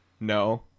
No